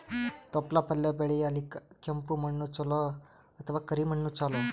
ತೊಪ್ಲಪಲ್ಯ ಬೆಳೆಯಲಿಕ ಕೆಂಪು ಮಣ್ಣು ಚಲೋ ಅಥವ ಕರಿ ಮಣ್ಣು ಚಲೋ?